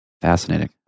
Fascinating